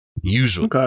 Usually